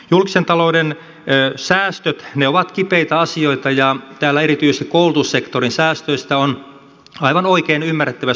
julkisen talouden säästöt ovat kipeitä asioita ja täällä erityisesti koulutussektorin säästöistä on aivan oikein ymmärrettävästi puhuttu